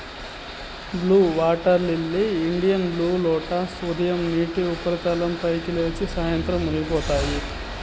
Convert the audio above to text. blue water lily, Indian blue lotus ఉదయం నీటి ఉపరితలం పైకి లేచి, సాయంత్రం మునిగిపోతాయి